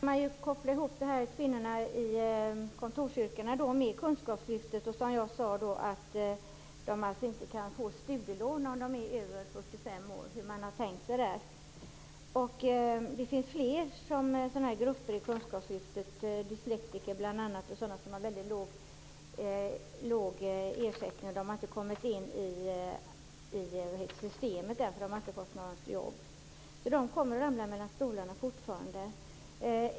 Herr talman! Man kan då koppla ihop kvinnorna i kontorsyrkena med kunskapslyftet. Som jag sade kan de inte få studielån om de är över 45 år. Hur har man tänkt sig det? Det finns flera grupper i kunskapslyftet, bl.a. dyslektiker, som har låg ersättning och som ännu inte har kommit in i systemet på grund av att de inte har fått jobb. De kommer fortfarande att ramla mellan stolarna.